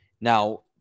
Now